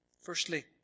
Firstly